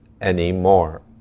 anymore